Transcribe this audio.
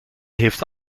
heeft